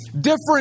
different